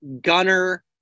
gunner